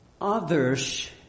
others